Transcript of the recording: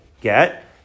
get